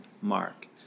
Mark